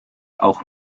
auch